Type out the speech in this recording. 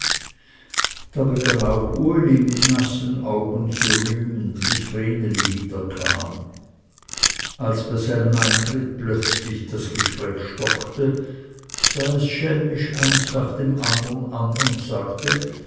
da begann auch uli mit nassen augen zu rühmen bis vreneli wiederkam als bei seinem eintritt plötzlich das gespräch stockte sah es schelmisch eins nach dem andern an und sagte